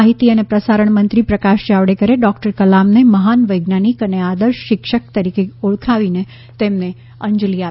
માહિતી અને પ્રસારણ મંત્રી પ્રકાશ જાવડેકરે ડોક્ટર કલામને મહાન વૈજ્ઞાનિક અને આદર્શ શિક્ષક તરીકે ઓળખાવીને તેમને અંજલી આપી હતી